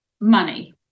money